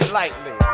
lightly